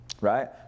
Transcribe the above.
right